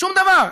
שום דבר.